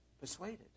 persuaded